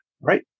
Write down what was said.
right